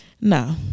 No